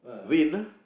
rain ah